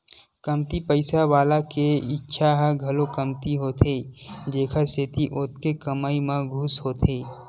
कमती पइसा वाला के इच्छा ह घलो कमती होथे जेखर सेती ओतके कमई म खुस होथे